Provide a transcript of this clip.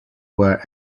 were